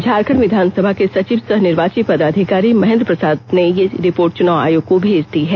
झारखंड विधानसभा के सचिव सह निर्वाची पदाधिकारी महेंद्र प्रसाद ने यह रिपोर्ट चुनाव आयोग को भेज दी है